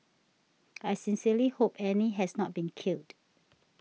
I sincerely hope Annie has not been killed